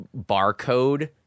barcode